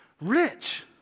rich